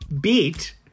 Beat